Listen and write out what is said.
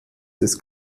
des